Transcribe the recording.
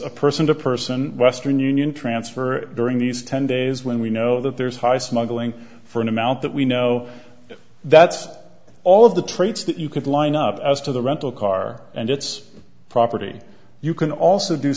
a person to person western union transfer during these ten days when we know that there's high smuggling for an amount that we know that's all of the traits that you could line up as to the rental car and its property you can also do